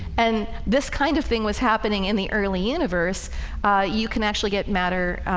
and this kind of thing was happening in the early universe you can actually get matter